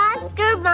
Oscar